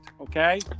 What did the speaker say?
okay